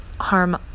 harm